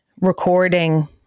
recording